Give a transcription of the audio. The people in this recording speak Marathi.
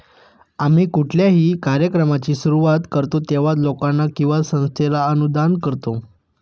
आम्ही कुठल्याही कार्यक्रमाची सुरुवात करतो तेव्हा, लोकांना किंवा संस्थेला अनुदान करतो